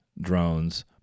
drones